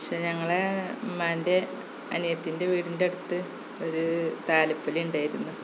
പക്ഷെ ഞങ്ങളെ ഉമ്മാന്റെ അനിയത്തീന്റെ വീടിന്റെ അടുത്ത് ഒരു താലപ്പൊലി ഉണ്ടായിരുന്നു